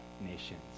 nations